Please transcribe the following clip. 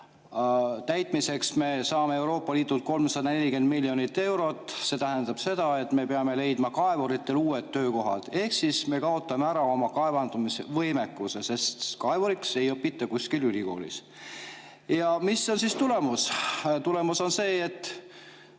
täitmiseks me saame Euroopa Liidult 340 miljonit eurot. See tähendab seda, et me peame leidma kaevuritele uued töökohad. Ehk siis me kaotame ära oma kaevandamisvõimekuse, sest kaevuriks ei õpita kuskil ülikoolis. Ja mis on tulemus? Tulemus on see, et